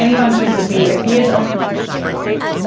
and functions of b? ah b is only a function of the state,